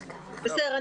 בסדר,